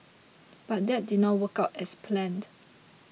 but that did not work out as planned